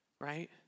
right